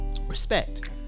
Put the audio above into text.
respect